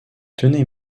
tenez